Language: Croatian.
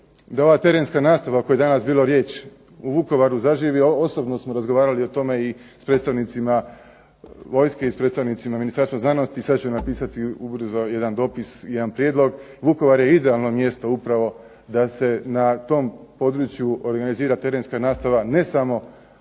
da ova terenska nastava o kojoj je danas bilo riječ, u Vukovaru zaživi, a osobno smo razgovarali o tome i s predstavnicima vojske i s predstavnicima Ministarstva znanosti i sad ću napisati ubrzo jedan dopis, jedan prijedlog. Vukovar je idealno mjesto upravo da se na tom području organizira terenska nastava ne samo